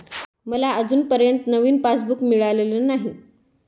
मला अजूनपर्यंत नवीन पासबुक मिळालेलं नाही